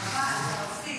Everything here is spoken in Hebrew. חבל, אתה מפסיד.